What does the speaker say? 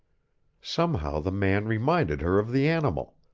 somehow the man reminded her of the animal,